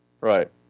Right